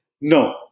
no